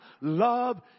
love